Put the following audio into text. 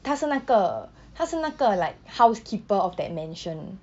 她是那个她是那个 like housekeeper of that mansion